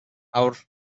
our